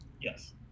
Yes